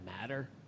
matter